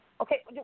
Okay